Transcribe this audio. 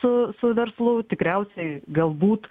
su su verslu tikriausiai galbūt